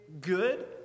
good